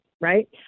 right